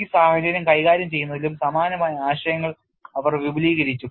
ഈ സാഹചര്യം കൈകാര്യം ചെയ്യുന്നതിലും സമാനമായ ആശയങ്ങൾ അവർ വിപുലീകരിച്ചു